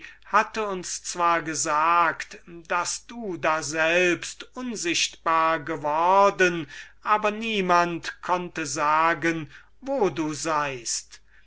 hatte uns zwar gesagt daß du daselbst unsichtbar geworden aber niemand konnte sagen wo du seiest